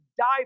die